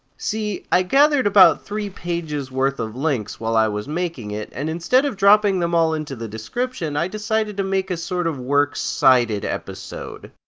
see, i gathered about three pages worth of links while i was making it, and instead of dropping them all into the description, i decided to make a sort of works cited episode.